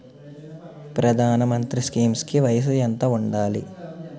ప్రధాన మంత్రి స్కీమ్స్ కి వయసు ఎంత ఉండాలి?